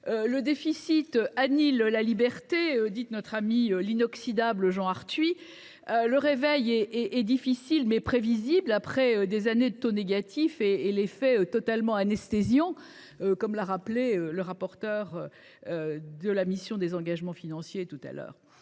Le déficit annihile la liberté », dit notre ami l’inoxydable Jean Arthuis. Le réveil est difficile, mais prévisible, après des années de taux négatifs et leur effet totalement anesthésiant, comme l’a rappelé le rapporteur de la mission « Engagements financiers de l’État